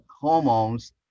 hormones